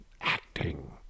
acting